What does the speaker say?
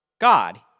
God